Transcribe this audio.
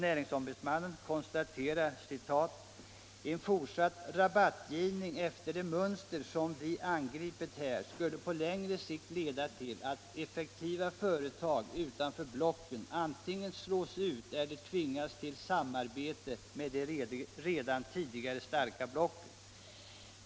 NO konstaterar: ”En fortsatt rabattgivning efter det mönster som vi angripit här skulle på längre sikt leda till att effektiva företag utanför blocken antingen slås ut eller tvingas till samarbete med de redan tidigare starka blocken.